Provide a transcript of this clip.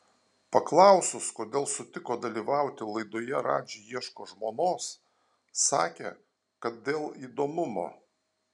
paklausus kodėl sutiko dalyvauti laidoje radži ieško žmonos sakė kad dėl įdomumo